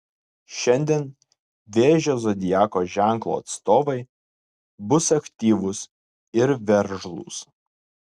šiandien vėžio zodiako ženklo atstovai bus aktyvūs ir veržlūs